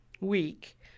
week